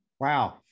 wow